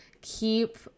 keep